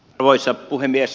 arvoisa puhemies